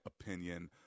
opinion